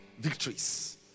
victories